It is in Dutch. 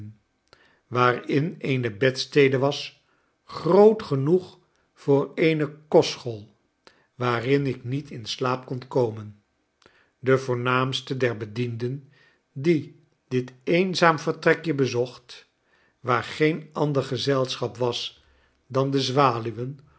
waarin eene bedstede was groot genoeg voor eene kostschool waarin ik niet in saap kon komen de voornaamste der bedienden die dit eenzaam vertrekje bezocht waar geen ander gezelschap was dan de